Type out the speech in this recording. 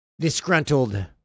disgruntled